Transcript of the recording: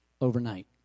overnight